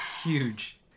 Huge